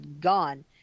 gone